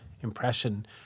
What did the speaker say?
impression